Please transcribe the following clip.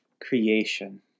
creation